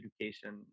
education